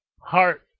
heart